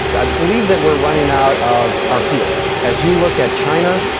i believe that we're running out of our fuels. as you look at china,